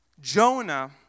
Jonah